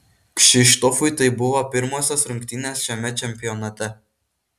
kšištofui tai buvo pirmosios rungtynės šiame čempionate